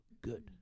good